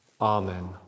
Amen